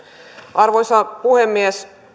arvoisa puhemies